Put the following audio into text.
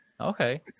Okay